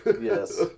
Yes